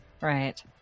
Right